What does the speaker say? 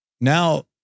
now